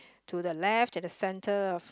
to the left that the center of